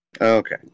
Okay